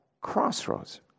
crossroads